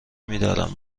میدارم